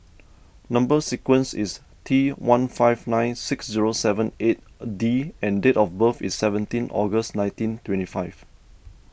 Number Sequence is T one five nine six zero seven eight D and date of birth is seventeen August nineteen twenty five